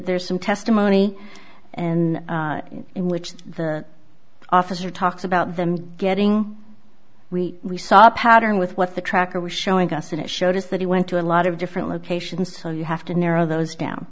there's some testimony and in which their office or talks about them getting we we saw a pattern with what the tracker was showing us and it showed us that he went to a lot of different locations so you have to narrow those down